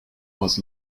was